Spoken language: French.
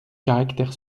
caractère